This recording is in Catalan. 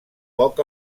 poc